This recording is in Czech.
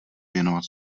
věnovat